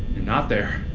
not there,